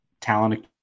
talent